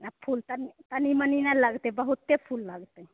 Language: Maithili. आ फुल तनी मनि नहि लगतै बहुते फुल लगतै